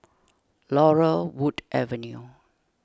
Laurel Wood Avenue